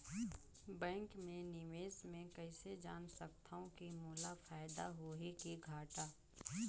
Bank मे मैं निवेश मे कइसे जान सकथव कि मोला फायदा होही कि घाटा?